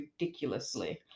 ridiculously